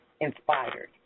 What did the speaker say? inspired